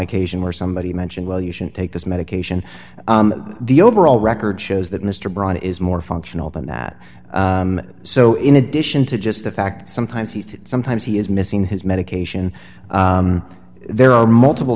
occasion where somebody mentioned well you shouldn't take this medication the overall record shows that mr braun is more functional than that so in addition to just the fact sometimes he did sometimes he is missing his medication there are multiple